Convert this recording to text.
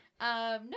No